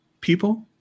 People